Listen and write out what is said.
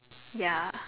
ya